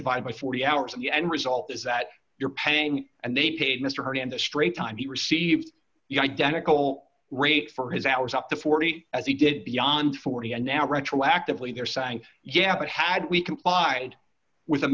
divide by forty hours of the end result is that you're paying and they paid mister hernandez straight time he received the identical rate for his hours up to forty as he did beyond forty and now retroactively they're saying yeah but had we complied with